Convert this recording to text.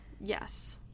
yes